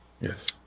Yes